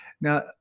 Now